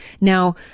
Now